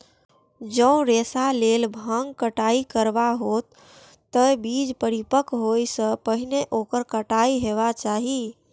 जौं रेशाक लेल भांगक कटाइ करबाक हो, ते बीज परिपक्व होइ सं पहिने ओकर कटाइ हेबाक चाही